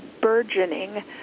burgeoning